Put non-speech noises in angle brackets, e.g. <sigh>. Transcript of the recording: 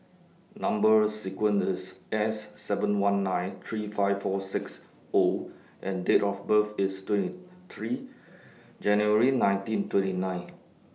Number sequence IS S seven one nine three five four six O and Date of birth IS twenty three <noise> January nineteen twenty nine